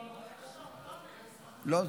לא,